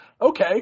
okay